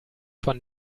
von